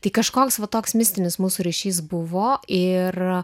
tai kažkoks va toks mistinis mūsų ryšys buvo ir